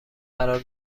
قرار